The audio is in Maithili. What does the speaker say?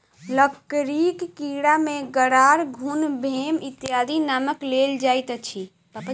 लकड़ीक कीड़ा मे गरार, घुन, भेम इत्यादिक नाम लेल जाइत अछि